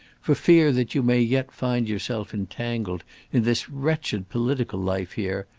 for fear that you may yet find yourself entangled in this wretched political life here,